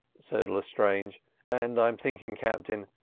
said lestrange and i'm thinking, captain,